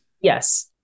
Yes